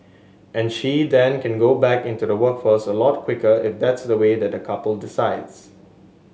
and she then can go back into the workforce a lot quicker if that's the way that the couple decides